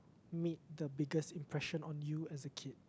made the biggest impression on you as a kid